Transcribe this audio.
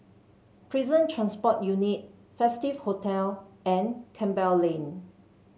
Prison Transport Unit Festive Hotel and Campbell Lane